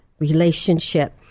relationship